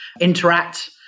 Interact